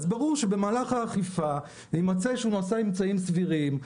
אז ברור שבמהלך האכיפה יימצא שהוא עשה אמצעים סבירים.